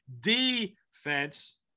defense